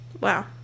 wow